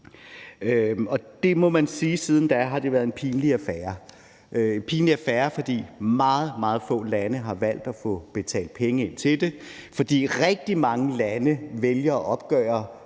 sige, at det siden da har været en pinlig affære; det har været en pinlig affære, fordi meget, meget få lande har valgt at betale penge ind til det, og fordi rigtig mange lande vælger at opgøre